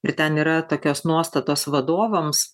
ir ten yra tokios nuostatos vadovams